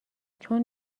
چون